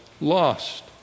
lost